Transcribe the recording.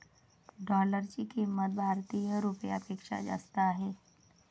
डॉलरची किंमत भारतीय रुपयापेक्षा जास्त आहे